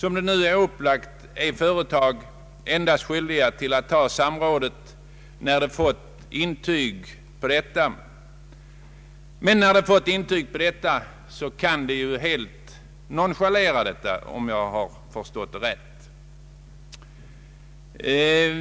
Nu föreslås endast att företag skall vara skyldiga att samråda med lokaliseringsmyndigheten, men när de fått intyg på detta kan de helt nonchalera vad som uppnåtts vid samrådet, om jag förstått rätt.